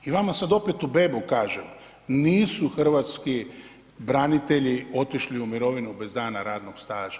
I vama sada opet u bebu kažem, nisu hrvatski branitelji otišli u mirovinu bez dana radnog staža.